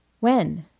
when?